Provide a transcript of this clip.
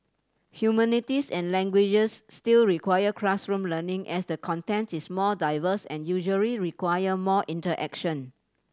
humanities and languages still require classroom learning as the content is more diverse and usually require more interaction